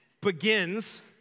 Begins